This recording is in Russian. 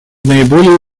наиболее